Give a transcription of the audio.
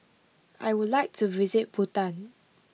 I would like to visit Bhutan